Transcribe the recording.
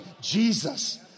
Jesus